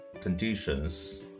conditions